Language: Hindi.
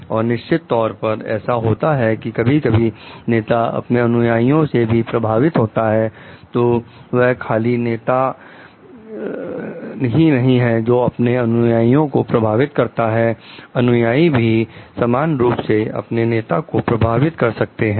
और निश्चित तौर पर ऐसा होता है कि कभी कभी नेता अपने अनुयायियों से भी प्रभावित होता है तो यह खाली नेता ही नहीं है जो अपने अनुयायियों को प्रभावित करता है अनुयाई भी समान रूप से अपने नेता को प्रभावित कर सकते हैं